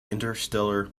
interstellar